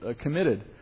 committed